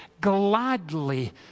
gladly